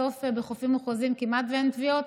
בסוף, בחופים מוכרזים כמעט אין טביעות,